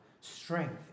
strength